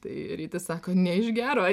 tai rytis sako ne iš gero